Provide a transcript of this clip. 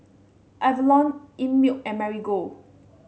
Avalon Einmilk and Marigold